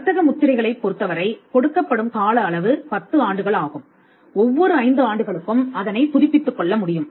வர்த்தக முத்திரைகளைப் பொருத்தவரை கொடுக்கப்படும் கால அளவு 10 ஆண்டுகள் ஆகும் ஒவ்வொரு ஐந்து ஆண்டுகளுக்கும் அதனை புதுப்பித்துக்கொள்ள முடியும்